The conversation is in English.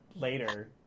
later